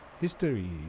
history